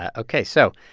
ah ok, so,